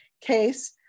case